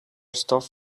stuff